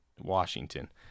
Washington